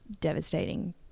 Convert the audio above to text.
devastating